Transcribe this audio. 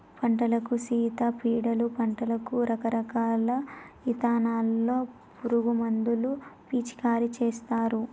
పంటలకు సీడ పీడలు పట్టకుండా రకరకాల ఇథానాల్లో పురుగు మందులు పిచికారీ చేస్తారు